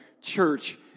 church